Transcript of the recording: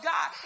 God